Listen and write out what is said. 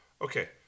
Okay